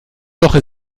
woche